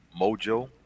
Mojo